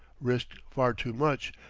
risked far too much,